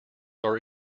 are